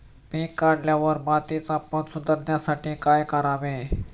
पीक काढल्यावर मातीचा पोत सुधारण्यासाठी काय करावे?